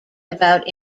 about